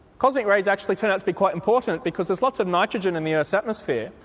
cosmic rays actually turn out to be quite important because there's lots of nitrogen in the earth's atmosphere,